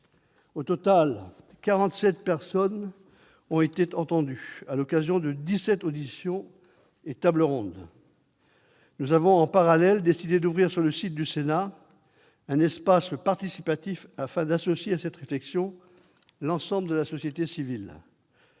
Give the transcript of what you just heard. quarante-sept personnes ont été entendues, à l'occasion de dix-sept auditions et tables rondes. Nous avons, en parallèle, décidé d'ouvrir sur le site du Sénat un espace participatif, afin d'associer à cette réflexion l'ensemble de la société civile.